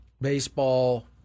baseball